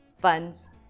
funds